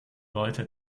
leute